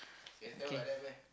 K